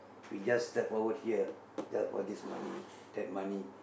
we just step forward here there for this money that money